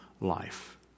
life